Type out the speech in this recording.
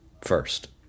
first